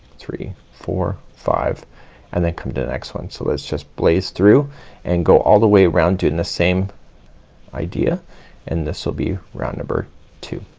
three, four, five and then come to the next one. so let's just blaze through and go all the way around doing the same idea and this will be round number two